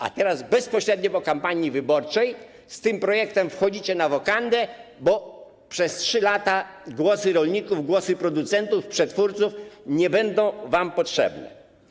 A teraz bezpośrednio po kampanii wyborczej z tym projektem wchodzicie na wokandę, bo przez 3 lata głosy rolników, producentów, przetwórców nie będą wam potrzebne.